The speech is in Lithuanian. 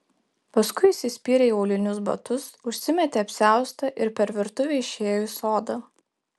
paskui įsispyrė į aulinius batus užsimetė apsiaustą ir per virtuvę išėjo į sodą